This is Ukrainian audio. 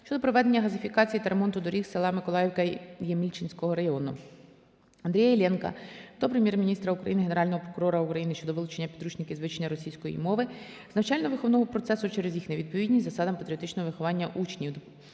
щодо проведення газифікації та ремонту доріг села Миколаївка Ємільчинського району. Андрія Іллєнка до Прем'єр-міністра України, Генерального прокурора України щодо вилучення підручників з вивчення російської мови з навчально-виховного процесу через їх невідповідність засадам патріотичного виховання учнів.